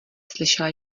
slyšela